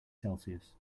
celsius